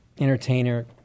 entertainer